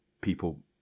people